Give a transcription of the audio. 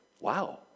wow